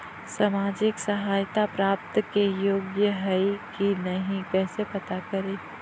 सामाजिक सहायता प्राप्त के योग्य हई कि नहीं कैसे पता करी?